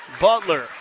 Butler